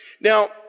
Now